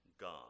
God